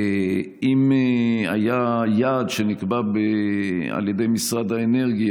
אם היה יעד שנקבע על ידי משרד האנרגיה,